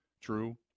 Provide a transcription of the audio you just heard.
True